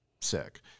sick